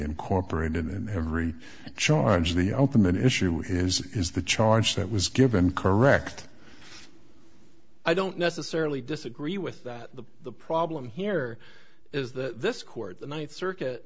incorporated in every charge the ultimate issue is is the charge that was given correct i don't necessarily disagree with that the problem here is that this court the ninth circuit